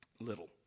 little